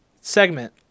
segment